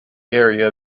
area